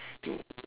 to